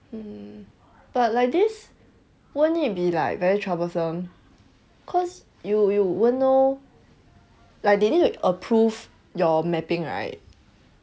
mm but like this won't it be like very troublesome cause you you won't know like they need to approve your mapping right